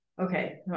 Okay